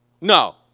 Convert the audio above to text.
No